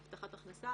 הבטחת הכנסה,